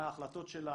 מה ההחלטות שלה,